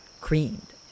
creamed